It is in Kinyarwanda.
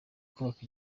kubaka